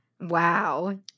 Wow